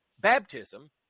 baptism